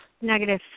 negative